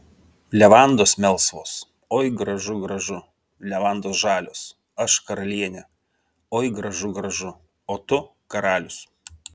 levandos melsvos oi gražu gražu levandos žalios aš karalienė oi gražu gražu o tu karalius